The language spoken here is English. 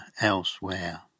elsewhere